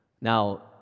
Now